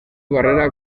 barrera